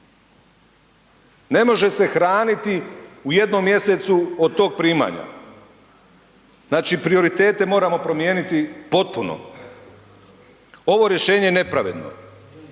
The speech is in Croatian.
Ne može se hraniti u jednom mjesecu od tog primanja. Znači prioritete moramo promijeniti potpuno. Ovo rješenje je nepravedno.